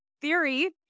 theory